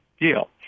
deal